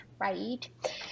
right